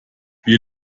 wir